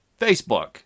Facebook